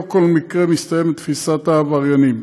לא כל מקרה מסתיים בתפיסת העבריינים.